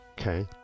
Okay